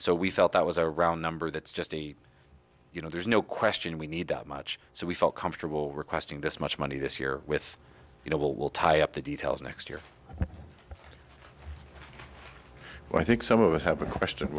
so we felt that was a round number that's just a you know there's no question we need that much so we felt comfortable requesting this much money this year with you know will will tie up the details next year and i think some of us have a question